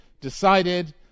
decided